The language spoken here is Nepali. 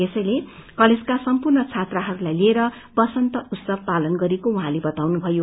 यसैल कलेजका सम्पूग्र छात्रहरूलाई लिएर वसन्त उत्सव पालनगरेको उहाँले बताउनुभयो